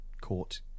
Court